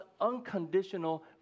unconditional